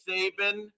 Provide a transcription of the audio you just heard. Saban